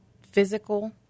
physical